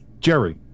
Jerry